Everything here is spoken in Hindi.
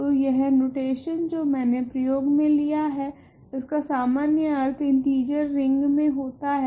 तो यह नोटेशन जो मैंने प्रयोग मे लिया है इसका सामान्य अर्थ इंटीजर रिंग मे होता है